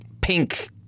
pink